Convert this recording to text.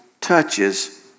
touches